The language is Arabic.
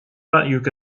رأيك